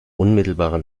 unmittelbarer